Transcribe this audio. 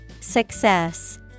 Success